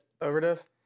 overdose